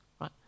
right